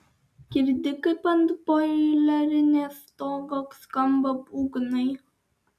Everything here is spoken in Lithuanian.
girdi kaip ant boilerinės stogo skamba būgnai